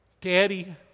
Daddy